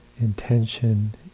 intention